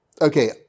Okay